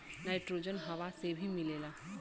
nitrogen हवा से भी मिलेला